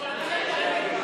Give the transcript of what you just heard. הוא נתן לך אישור.